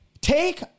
take